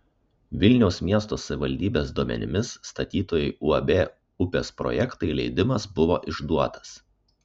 vilniaus miesto savivaldybės duomenimis statytojui uab upės projektai leidimas buvo išduotas